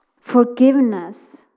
Forgiveness